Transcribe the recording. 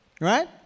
right